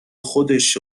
خودش